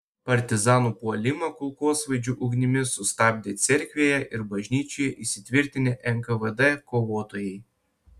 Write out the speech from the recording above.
partizanų puolimą kulkosvaidžių ugnimi sustabdė cerkvėje ir bažnyčioje įsitvirtinę nkvd kovotojai